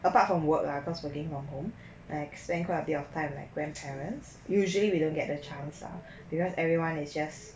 apart from work lah cause working from home I spent quite a bit of time with my grandparents usually we don't get a chance ah because everyone is just